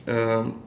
um